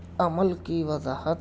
عمل کی وضاحت